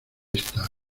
esta